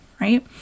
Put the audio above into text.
right